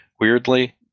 weirdly